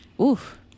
Oof